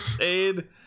aid